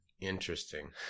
interesting